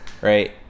right